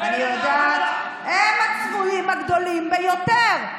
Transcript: הם הצבועים הגדולים ביותר.